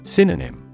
Synonym